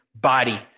body